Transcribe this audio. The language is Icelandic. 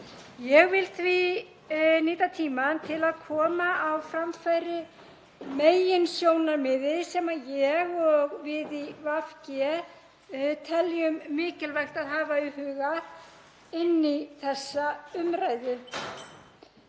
Ég vil því nýta tímann til að koma á framfæri meginsjónarmiði sem ég og við í VG teljum mikilvægt að hafa í huga inn í þessa umræðu.